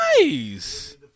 nice